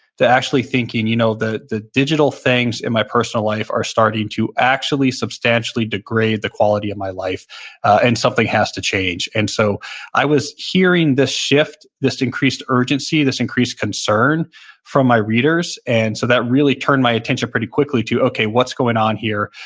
to actually thinking, you know the the digital things in my personal life are starting to actually substantially degrade the quality of my life and something has to change. and so i was hearing this shift, this increased urgency, this increased concern from my readers and so that really turned my attention pretty quickly to, okay, what's going on here?